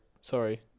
Sorry